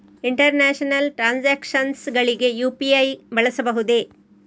International transactions ಗಳಿಗೆ UPI ಬಳಸಬಹುದೇ?